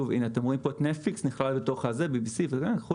אתם רואים פה את Netflix נבחר לתוך- - -BBC וכולי,